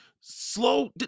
Slow